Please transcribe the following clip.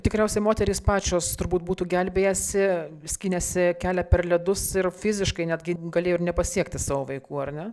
tikriausiai moterys pačios turbūt būtų gelbėjęsi skynėsi kelią per ledus ir fiziškai netgi galėjo nepasiekti savo vaikų ar ne